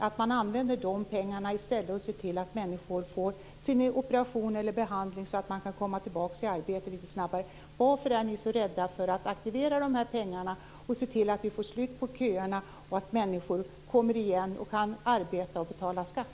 Varför använder man inte de pengarna till att se till att människor får sin operation eller behandling så att de kan komma tillbaka i arbete litet snabbare? Varför är ni så rädda för att aktivera de här pengarna och se till att vi får slut på köerna så att människor kommer igen och kan arbeta och betala skatt?